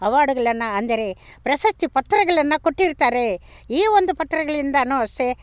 ಅವಾರ್ಡುಗಳನ್ನು ಅಂದರೆ ಪ್ರಶಸ್ತಿ ಪತ್ರಗಳನ್ನು ಕೊಟ್ಟಿರ್ತಾರೆ ಈ ಒಂದು ಪತ್ರಗಳಿಂದಲೂ ಅಷ್ಟೇ